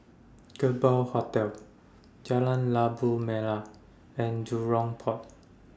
Kerbau Hotel Jalan Labu Merah and Jurong Port